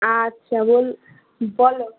আচ্ছা বল বলো